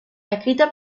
escritas